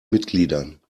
mitgliedern